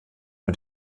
mit